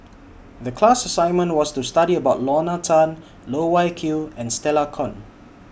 The class assignment was to study about Lorna Tan Loh Wai Kiew and Stella Kon